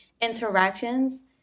interactions